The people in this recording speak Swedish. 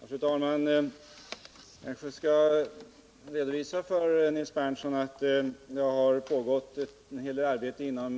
Fru talman! Jag kanske skall redovisa för Nils Berndtson att det har pågått en hel del arbete inom ILO.